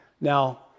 Now